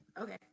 okay